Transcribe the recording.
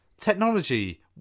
technology